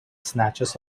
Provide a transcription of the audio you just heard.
snatches